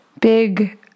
big